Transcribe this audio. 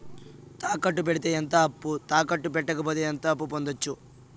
తాకట్టు పెడితే ఎంత అప్పు, తాకట్టు పెట్టకపోతే ఎంత అప్పు పొందొచ్చు?